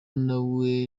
nawe